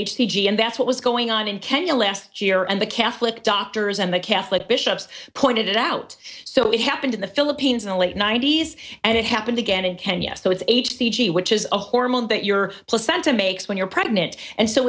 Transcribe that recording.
g and that's what was going on in kenya last year and the catholic doctors and the catholic bishops pointed it out so it happened in the philippines in the late ninety's and it happened again in kenya so it's h c g which is a hormone that your placenta makes when you're pregnant and s